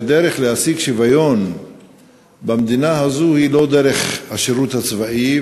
שהדרך להשיג שוויון במדינה הזו היא לא דרך השירות הצבאי,